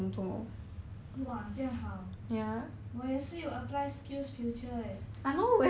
!wah! 这样好我也是有 apply skills future leh